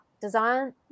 design